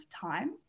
time